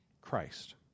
Christ